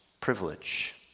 privilege